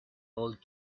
old